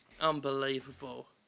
Unbelievable